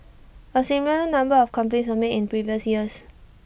A similar number of complaints were made in previous years